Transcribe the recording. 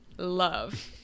love